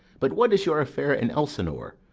but what is your affair in elsinore?